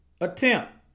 attempt